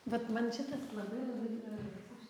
vat man šitas labai labai gražus aš